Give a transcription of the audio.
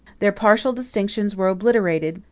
their partial distinctions were obliterated,